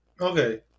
okay